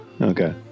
Okay